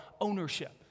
ownership